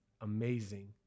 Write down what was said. amazing